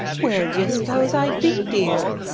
where'd ye s'pose i'd be, dear?